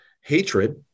hatred